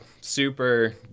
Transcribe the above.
super